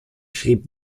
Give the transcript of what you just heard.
schrieb